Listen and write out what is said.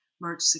March